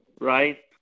right